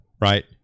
right